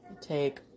take